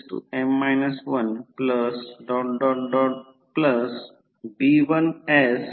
9 आणि ∅1 30 होईल किंवा त्या कोनास V2 ला काय म्हटले आहे